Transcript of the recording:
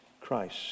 Christ